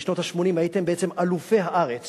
בשנות ה-80 הייתם בעצם אלופי הארץ